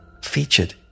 featured